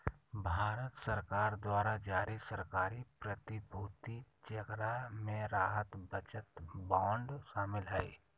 भारत सरकार द्वारा जारी सरकारी प्रतिभूति जेकरा मे राहत बचत बांड शामिल हइ